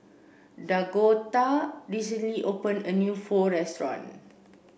Dakoda recently opened a new Pho restaurant